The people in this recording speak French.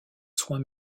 soins